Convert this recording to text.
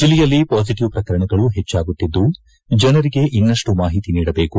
ಜಲ್ಲೆಯಲ್ಲಿ ಪಾಸಿಟವ್ ಪ್ರಕರಣಗಳು ಹೆಚ್ಚಾಗುತ್ತಿದ್ದು ಜನರಿಗೆ ಇನ್ನಷ್ಟು ಮಾಹಿತಿ ನೀಡಬೇಕು